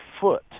foot